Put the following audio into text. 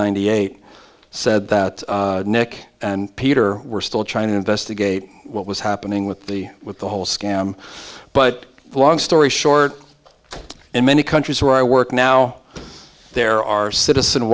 eighty eight said that nick and peter were still trying to investigate what was happening with the with the whole scam but long story short in many countries where i work now there are citizen